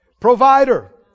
provider